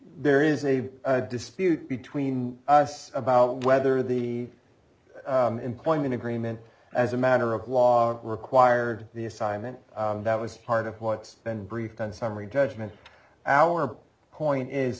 there is a dispute between us about whether the employment agreement as a matter of law required the assignment that was part of what's been briefed on summary judgment our point is